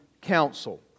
council